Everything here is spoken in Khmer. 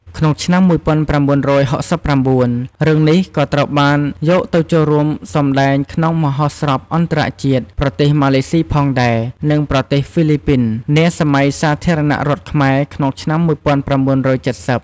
ក្នុងឆ្នាំ១៩៦៩ រឿងនេះ ក៏ត្រូវបានយកទៅចូលរួមសម្តែងក្នុងមហោស្រពអន្តរជាតិ ប្រទេសម៉ាឡេស៊ីផងដែរ, និងប្រទេសហ្វីលីពីន នាសម័យសាធារណរដ្ឋខ្មែរ ក្នុងឆ្នាំ ១៩៧០ ។